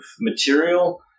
material